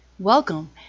Welcome